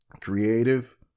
creative